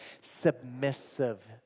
submissive